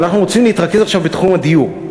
אבל אנחנו רוצים להתרכז עכשיו בתחום הדיור.